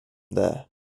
there